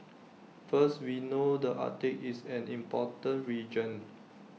first we know the Arctic is an important region